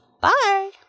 Bye